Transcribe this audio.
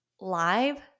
live